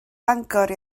bangor